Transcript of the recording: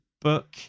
book